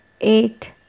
eight